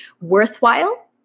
worthwhile